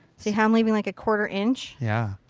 see how i'm leaving like a quarter inch? yeah.